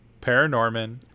Paranorman